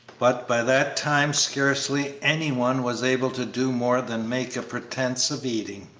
but by that time scarcely any one was able to do more than make a pretence of eating.